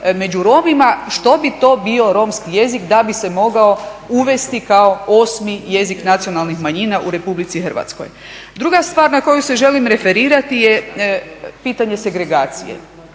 među Romima što bi to bio romski jezik da bi se mogao uvesti kako 8 jezik nacionalnih manjina u Republici Hrvatskoj. Druga stvar na koju se želim referirati je pitanje segregacije.